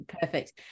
perfect